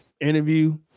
interview